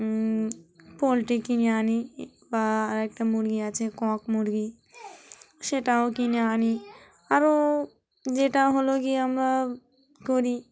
poultry কিনে আনি বা আর একটা মুরগি আছে কক মুরগি সেটাও কিনে আনি আরও যেটা হল গিয়ে আমরা করি